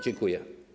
Dziękuję.